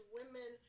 women